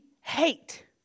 hate